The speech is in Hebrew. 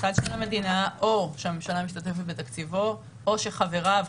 מוסד של המדינה או שהממשלה משתתפת בתקציבו או שחבריו,